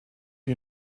you